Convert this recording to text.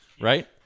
right